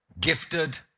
gifted